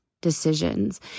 decisions